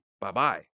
Bye-bye